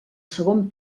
segon